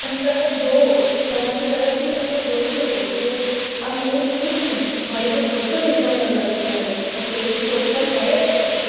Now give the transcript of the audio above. પણ તમે જુઓ તમે તમારી તરફથી તમે જોઈ શકો કે આમાં હું છું જ નહીં મારા પર ખોટો ઇલ્ઝામ લગાવે છે આ લોકો તો કેસ કોર્ટમાં જાય જ કેમ